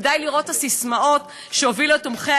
ודי לראות את הססמאות שהובילו את תומכי